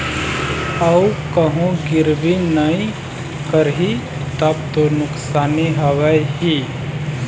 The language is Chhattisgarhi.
अऊ कहूँ गिरबे नइ करही तब तो नुकसानी हवय ही